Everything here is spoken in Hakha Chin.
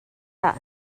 tah